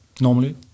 normally